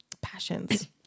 passions